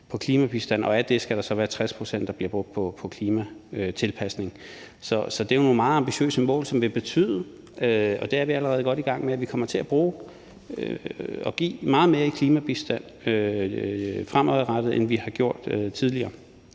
på klimabistand, og af det skal der så være 60 pct., der bliver brugt på klimatilpasning. Så det er nogle meget ambitiøse mål, og det er vi allerede godt i gang med. Vi kommer til at give meget mere i klimabistand fremadrettet, end vi har gjort tidligere,